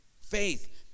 Faith